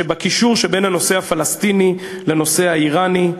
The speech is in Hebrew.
שבקישור שבין הנושא הפלסטיני לנושא האיראני.